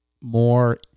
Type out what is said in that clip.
more